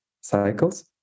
cycles